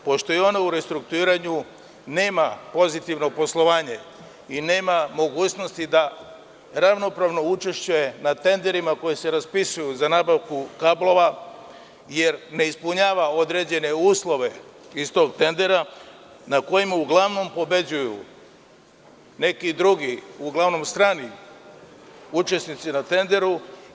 Pošto je i ona u restrukturiranju nema pozitivnog poslovanja i nema mogućnosti na ravnopravno učešće na tenderima koji se raspisuju za nabavku kablova, jer ne ispunjava određene uslove iz tog tendera na kojima uglavnom pobeđuju neki drugi, uglavnom strani učesnici na tenderu.